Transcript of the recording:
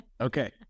Okay